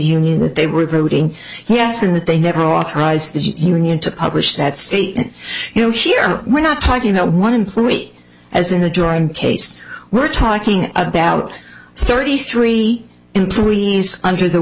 union that they were voting yes and that they never authorized the union to publish that statement you know here we're not talking about one employee as in the joran case we're talking about thirty three employees under the